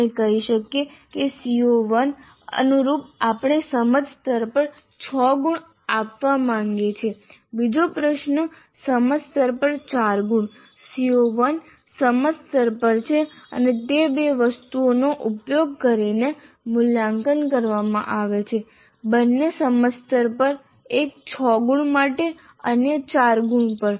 આપણે કહી શકીએ કે CO1 ને અનુરૂપ આપણે સમજ સ્તર પર 6 ગુણ આપવા માંગીએ છીએ બીજો પ્રશ્ન સમજ સ્તર પર 4 ગુણ CO1 સમજ સ્તર પર છે અને તે બે વસ્તુઓનો ઉપયોગ કરીને મૂલ્યાંકન કરવામાં આવે છે બંને સમજ સ્તર પર એક 6 ગુણ માટે અન્ય 4 ગુણ પર